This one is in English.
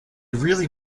really